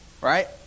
Right